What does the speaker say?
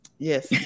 Yes